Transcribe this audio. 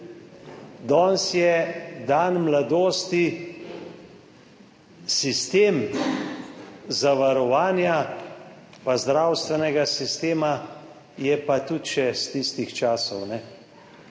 Danes je dan mladosti, sistem zavarovanja pa zdravstvenega sistema je pa tudi še iz tistih časov.